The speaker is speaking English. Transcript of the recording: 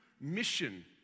mission